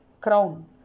crown